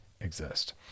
exist